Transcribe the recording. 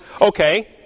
okay